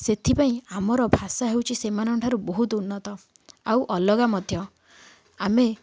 ସେଥିପାଇଁ ଆମର ଭାଷା ହେଉଛି ସେମାନଙ୍କ ଠାରୁ ବହୁତ ଉନ୍ନତ ଆଉ ଅଲଗା ମଧ୍ୟ ଆମେ